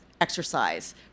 exercise